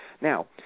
Now